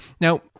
Now